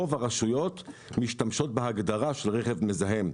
רוב הרשויות משתמשות בהגדרה של רכב מזהם.